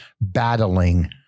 battling